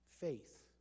Faith